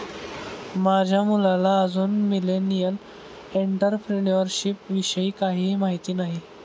माझ्या मुलाला अजून मिलेनियल एंटरप्रेन्युअरशिप विषयी काहीही माहित नाही